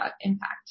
impact